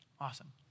Awesome